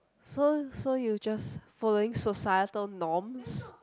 so so you say following societal norm